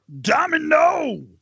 domino